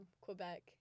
quebec